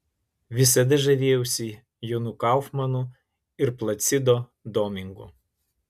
visada žavėjausi jonu kaufmanu ir placido domingu